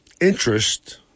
interest